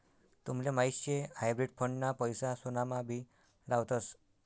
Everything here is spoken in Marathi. तुमले माहीत शे हायब्रिड फंड ना पैसा सोनामा भी लावतस